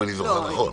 אם אני זוכר נכון.